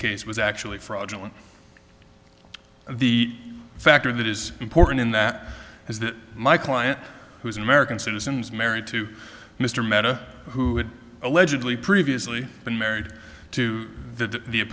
case was actually fraudulent the factor that is important in that is that my client who is an american citizen is married to mr mehta who allegedly previously been married to the the